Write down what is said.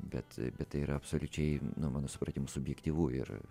bet tai yra absoliučiai na mano supratimu subjektyvu ir